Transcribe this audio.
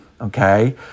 Okay